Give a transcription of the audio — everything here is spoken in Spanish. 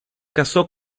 casó